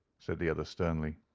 said the other sternly.